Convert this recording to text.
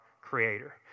creator